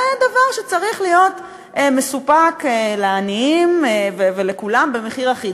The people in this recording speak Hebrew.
זה דבר שצריך להיות מסופק לעניים ולכולם במחיר אחיד.